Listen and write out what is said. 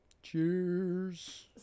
Cheers